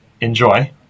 enjoy